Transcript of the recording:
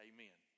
Amen